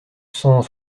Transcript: cent